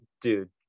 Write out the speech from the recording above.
dude